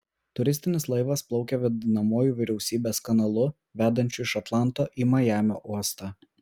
turistinis laivas plaukė vadinamuoju vyriausybės kanalu vedančiu iš atlanto į majamio uostą